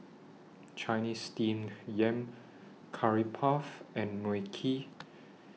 Chinese Steamed Yam Curry Puff and Mui Kee